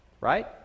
Right